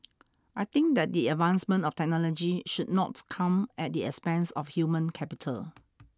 I think that the advancement of technology should not come at the expense of human capital